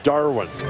Darwin